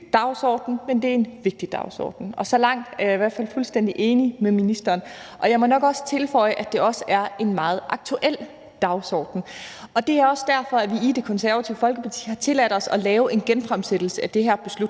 dagsorden, men at det er en vigtig dagsorden. Så langt er jeg i hvert fald fuldstændig enig med ministeren. Jeg må nok tilføje, at det også er en meget aktuel dagsorden, og det er derfor, at vi i Det Konservative Folkeparti har tilladt os at lave en genfremsættelse af det her